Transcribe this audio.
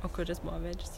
o kuris buvo vedžis